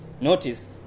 Notice